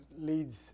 leads